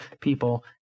people